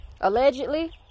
allegedly